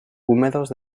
húmedos